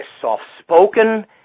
soft-spoken